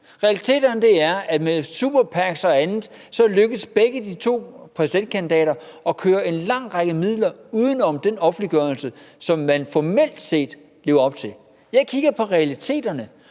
Realiteterne er, at med super PAC'er og andet lykkedes det for begge de to præsidentkandidater at køre en lang række midler uden om den offentliggørelse, som man formelt set lever op til. Jeg kigger på realiteterne,